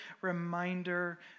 reminder